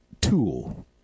tool